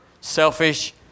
selfish